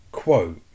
quote